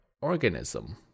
Organism